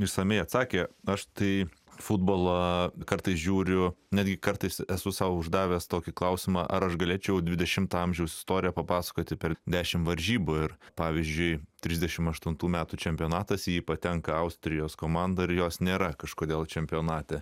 išsamiai atsakė aš tai futbolą kartais žiūriu netgi kartais esu sau uždavęs tokį klausimą ar aš galėčiau dvidešimto amžiaus istoriją papasakoti per dešimt varžybų ir pavyzdžiui trisdešim aštuntų metų čempionatas į jį patenka austrijos komanda ir jos nėra kažkodėl čempionate